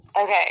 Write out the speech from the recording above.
Okay